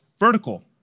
vertical